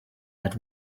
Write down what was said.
had